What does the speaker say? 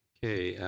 okay.